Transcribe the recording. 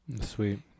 Sweet